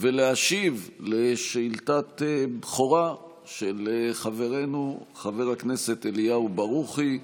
ולהשיב על שאילתת בכורה של חברנו חבר הכנסת אליהו ברוכי,